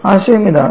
ആശയം ഇതാണ്